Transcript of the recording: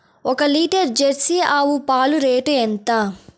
ఒక litre Jersey ఆవు పాలు రేటు ఎంత?